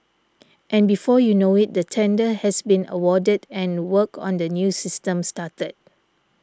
and before you know it the tender has been awarded and work on the new system started